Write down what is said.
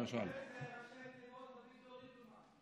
ראשי תיבות, אביגדור ליברמן.